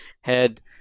head